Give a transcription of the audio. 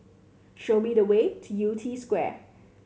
show me the way to Yew Tee Square